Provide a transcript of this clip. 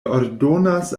ordonas